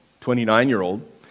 29-year-old